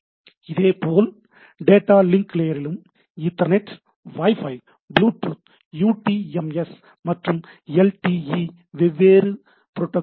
இதேபோல் data link லேயரிலும் Ethernet WiFi Bluetooth UTMS மற்றும் LTE வகையான வெவ்வேறு ப்ரோட்டோகால்கள் உள்ளன